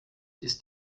ist